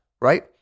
right